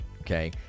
Okay